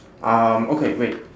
um okay wait